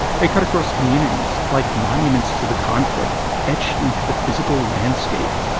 they cut across communities like monuments to the conflict, etched into the physical landscape.